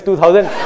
2000